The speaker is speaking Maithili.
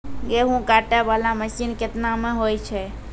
गेहूँ काटै वाला मसीन केतना मे होय छै?